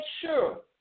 sure